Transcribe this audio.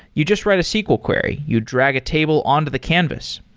you just write a sql query. you drag a table on to the canvas.